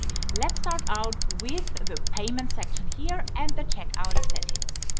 let's start out with the payments section here and the checkout settings.